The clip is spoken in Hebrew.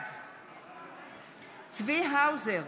בעד צבי האוזר,